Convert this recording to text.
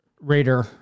Raider